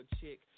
chick